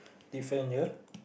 different year